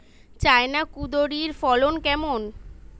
China কুঁদরীর ফলন কেমন?